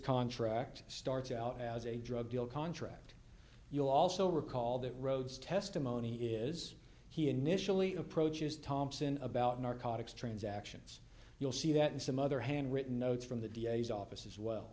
contract starts out as a drug deal contract you'll also recall that rhodes testimony is he initially approaches thompson about narcotics transactions you'll see that in some other hand written notes from the d a s office as well